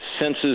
senses